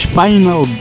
final